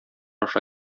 аша